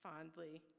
fondly